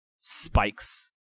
spikes